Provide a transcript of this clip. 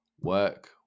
work